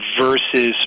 versus